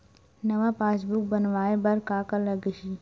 नवा पासबुक बनवाय बर का का लगही?